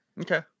Okay